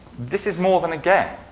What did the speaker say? this is more than a game.